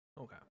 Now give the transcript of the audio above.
Okay